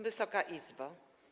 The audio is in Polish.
Wysoka Izbo!